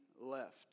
left